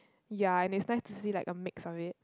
ya and is nice to see like a mix of it